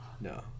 No